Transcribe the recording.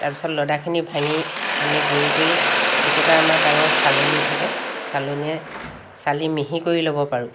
তাৰপিছত লডাখিনি ভাঙি আমি গুড়ি কৰি কেতিয়াবা আমাৰ ডাঙৰ চালনী থাকে চালনীয়ে চালি মিহি কৰি ল'ব পাৰোঁ